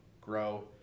grow